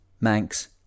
Manx